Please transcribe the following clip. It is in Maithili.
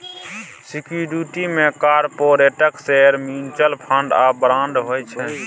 सिक्युरिटी मे कारपोरेटक शेयर, म्युचुअल फंड आ बांड होइ छै